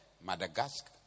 Madagascar